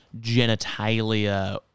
genitalia